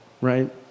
right